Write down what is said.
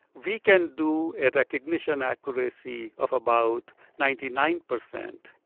we can do a recognition accuracy of about ninety nine percent.